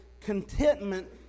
contentment